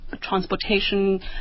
transportation